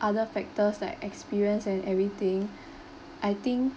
other factors like experience and everything I think